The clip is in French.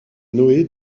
noé